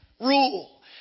rule